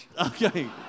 Okay